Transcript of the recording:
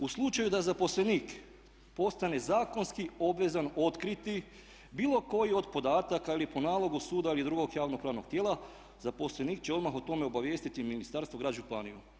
u slučaju da zaposlenik postane zakonski obvezan otkriti bilo koji od podataka ili po nalogu suda ili drugog javno-pravnog tijela, zaposlenik će odmah o tome obavijestiti ministarstvo, grad, županiju.